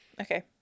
Okay